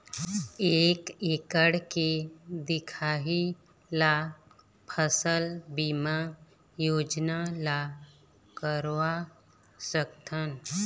एक एकड़ के दिखाही ला फसल बीमा योजना ला करवा सकथन?